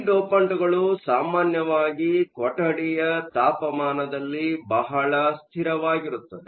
ಈ ಡೋಪಂಟ್ಗಳು ಸಾಮಾನ್ಯವಾಗಿ ಕೊಠಡಿಯ ತಾಪಮಾನದಲ್ಲಿ ಬಹಳ ಸ್ಥಿರವಾಗಿರುತ್ತವೆ